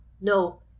No